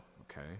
Okay